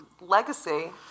legacy